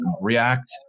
react